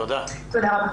תודה רבה.